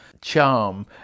charm